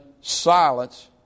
silence